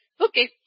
okay